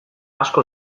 asko